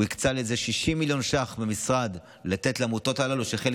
והוא הקצה 60 מיליון ש"ח במשרד לתת לעמותות הללו.